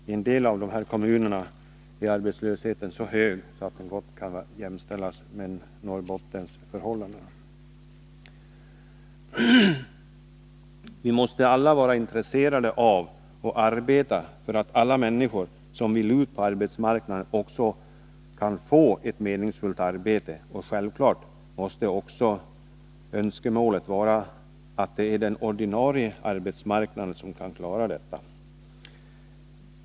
I en del av de här kommunerna är arbetslösheten så hög att förhållandena där gott kan jämställas med Norrbottens. Vi måste alla vara intresserade av och arbeta för att alla människor som vill ut på arbetsmarknaden också kan få ett meningsfullt arbete. Självfallet måste önskemålet vara att det är den ordinarie arbetsmarknaden som kan klara detta.